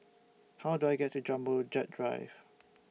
How Do I get to Jumbo Jet Drive